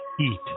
eat